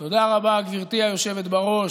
תודה רבה, גברתי היושבת-ראש.